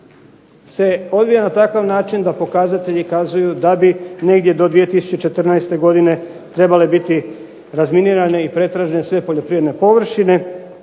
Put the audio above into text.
se odvija na takav način da pokazatelji kazuju da bi negdje do 2014. godine trebale biti razminirane i pretražene sve poljoprivredne površine,